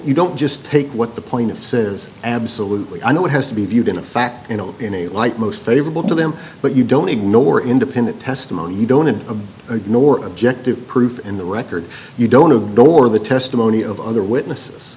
you don't just take what the plaintiffs is absolutely i know it has to be viewed in a fact you know in a light most favorable to them but you don't ignore independent testimony you don't and nor objective proof in the record you don't know nor the testimony of other witnesses